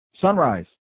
Sunrise